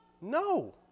No